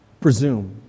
presume